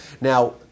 Now